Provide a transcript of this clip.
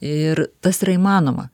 ir tas yra įmanoma